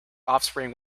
offspring